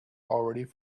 already